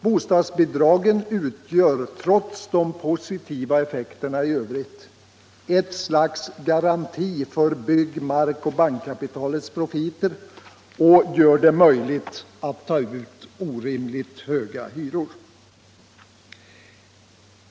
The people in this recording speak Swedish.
Bostadsbidragen utgör, trots de positiva effekterna i övrigt, ett slags garanti för bygg-, markoch bankkapitalets profiter och gör det möjligt att ta ut orimligt höga hyror.